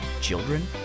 children